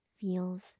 feels